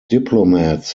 diplomats